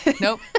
Nope